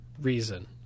reason